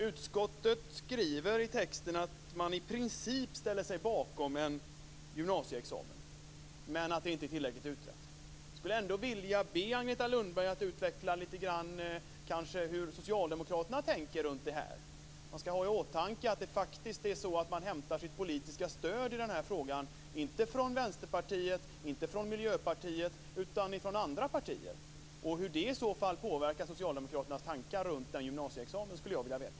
Utskottet skriver i texten att man i princip ställer sig bakom en gymnasieexamen men att frågan inte är tillräckligt utredd. Jag skulle vilja be Agneta Lundberg att utveckla lite grann hur socialdemokraterna tänker kring detta. Man skall ha i åtanke att de faktiskt inte hämtar sitt politiska stöd i den här frågan från Vänsterpartiet eller från Miljöpartiet utan från andra partier. Hur påverkar det socialdemokraternas tankar kring en gymnasieexamen? Det skulle jag vilja veta.